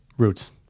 Roots